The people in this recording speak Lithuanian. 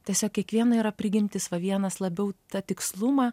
tiesiog kiekviena yra prigimtis va vienas labiau tą tikslumą